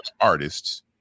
artists